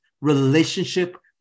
relationship